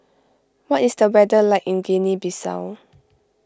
what is the weather like in Guinea Bissau